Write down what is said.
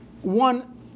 one